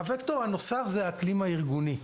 הווקטור הנוסף הוא האקלים הארגוני,